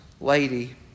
lady